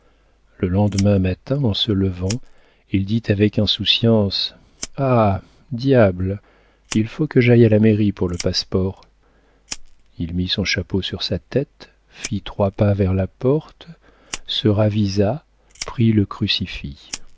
le lendemain matin en se levant il dit avec insouciance ah diable il faut que j'aille à la mairie pour le passe-port il mit son chapeau sur sa tête fit trois pas vers la porte se ravisa prit le crucifix